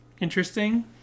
interesting